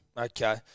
Okay